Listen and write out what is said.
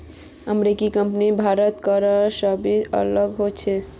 अमेरिकी कंपनीर भारतत करेर हिसाब अलग ह छेक